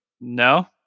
No